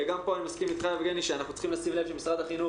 גם פה אני מסכים עם יבגני סובה שאנחנו צריכים לשים לב שמשרד החינוך